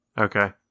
Okay